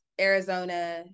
Arizona